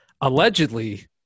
allegedly